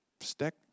stick